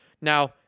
Now